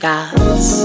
God's